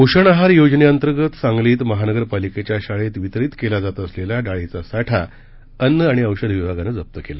पोषण आहार योजनेअंतर्गत सांगलीत महानगरपालिकेच्या शाळेत वितरित क्ला जात असलेला डाळीचा साठा अन्न आणि औषध विभागानं जप्त केला